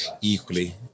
equally